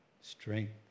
strength